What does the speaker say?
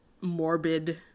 morbid